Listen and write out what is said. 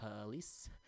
police